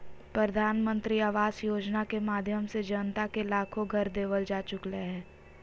प्रधानमंत्री आवास योजना के माध्यम से जनता के लाखो घर देवल जा चुकलय हें